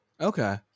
okay